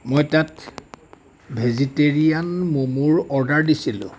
মই তাত ভেজিটেৰিয়ান ম'মৰ অৰ্ডাৰ দিছিলোঁ